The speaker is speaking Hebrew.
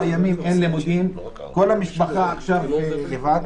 ימים אין לימודים וכל המשפחה עכשיו לבד.